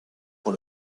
pour